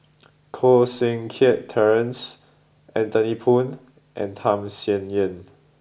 Koh Seng Kiat Terence Anthony Poon and Tham Sien Yen